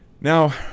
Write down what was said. now